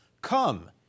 Come